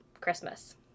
Christmas